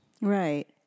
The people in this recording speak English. Right